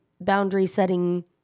boundary-setting